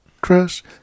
Crush